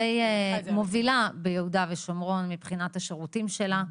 די מובילה ביהודה ושומרון מבחינת השירותים שלה,